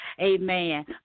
amen